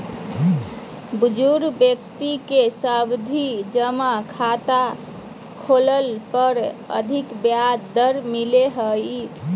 बुजुर्ग व्यक्ति के सावधि जमा खाता खोलय पर अधिक ब्याज दर मिलो हय